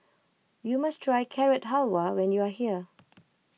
you must try Carrot Halwa when you are here